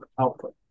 output